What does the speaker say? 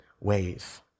ways